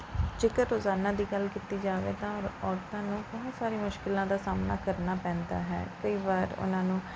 ਜੇਕਰ ਰੋਜ਼ਾਨਾ ਦੀ ਗੱਲ ਕੀਤੀ ਜਾਵੇ ਤਾਂ ਔਰਤਾਂ ਨੂੰ ਬਹੁਤ ਸਾਰੀਆਂ ਮੁਸ਼ਕਿਲਾਂ ਦਾ ਸਾਹਮਣਾ ਕਰਨਾ ਪੈਂਦਾ ਹੈ ਕਈ ਵਾਰ ਉਨਾਂ ਨੂੰ